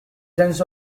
sense